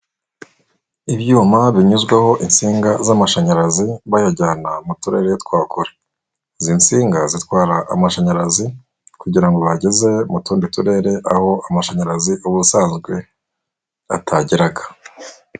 Ibyuma binyuzwaho insinga z'amashanyarazi, bayajyana mu turere twa kure. Izi nsinga zitwara amashanyarazi, kugira ngo bayageze mu tundi turere, aho amashanyarazi ubusanzwe atageraga.